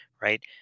right